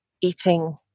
eating